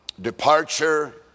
departure